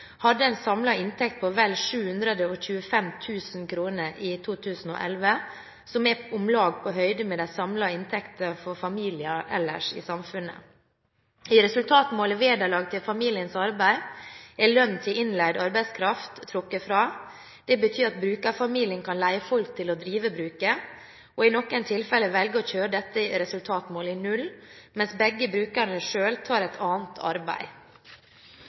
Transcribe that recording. hadde en samlet inntekt på vel 725 000 kr i 2011, som er om lag på høyde med de samlede inntektene for familier ellers i samfunnet. I resultatmålet «vederlag til familiens arbeid» er lønn til innleid arbeidskraft trukket fra. Det betyr at brukerfamilien kan leie folk til å drive bruket og i noen tilfeller velge å kjøre dette resultatmålet i null, mens begge brukerne selv tar et annet arbeid.